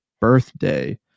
birthday